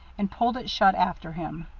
and pulled it shut after him.